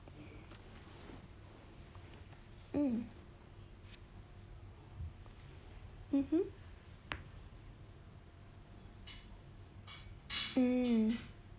mm mmhmm mm